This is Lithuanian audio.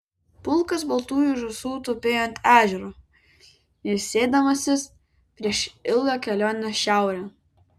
pulkas baltųjų žąsų tupėjo ant ežero ilsėdamasis prieš ilgą kelionę šiaurėn